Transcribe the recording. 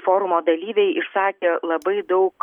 forumo dalyviai išsakė labai daug